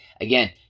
again